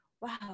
wow